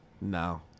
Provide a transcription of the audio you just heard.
No